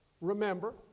remember